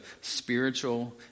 spiritual